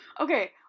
Okay